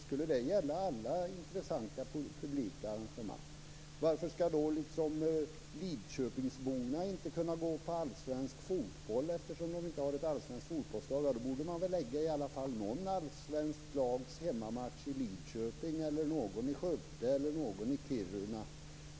Skulle det gälla alla intressanta publika arrangemang? Varför skall då Lidköpingsborna inte kunna gå på allsvensk fotboll? De har ju inget allsvenskt fotbollslag. Då borde man lägga några av de allsvenska lagens matcher i Lidköping, Skövde eller Kiruna.